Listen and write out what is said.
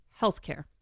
healthcare